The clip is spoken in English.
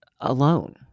alone